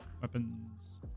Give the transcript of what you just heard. Weapons